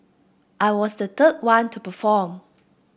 I was the third one to perform